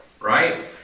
right